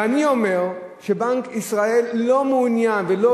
ואני אומר שבנק ישראל לא מעוניין ולא